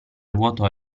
vuotò